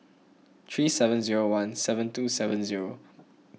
three seven zero one seven two seven zero